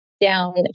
down